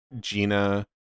Gina